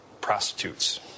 Prostitutes